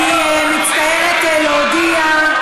אני מצטערת להודיע,